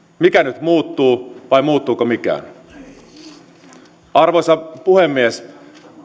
mikä nyt muuttuu vai muuttuuko mikään arvoisa puhemies